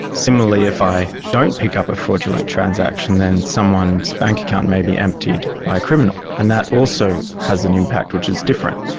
similarly if i don't pick up a fraudulent transaction then someone's bank account may be emptied by a criminal, and that also has an impact which is different.